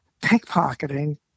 pickpocketing